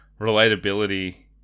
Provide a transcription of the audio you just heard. relatability